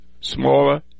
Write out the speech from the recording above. smaller